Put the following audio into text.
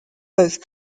both